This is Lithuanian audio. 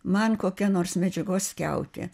man kokia nors medžiagos skiautė